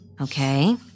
Okay